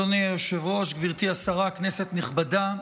אדוני היושב-ראש, גברתי השרה, כנסת נכבדה,